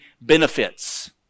benefits